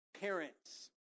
parents